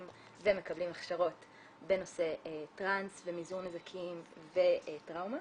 ומקבלים הכשרות בנושא טרנס ומזעור נזקים וטראומה.